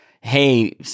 hey